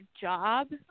job